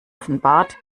offenbart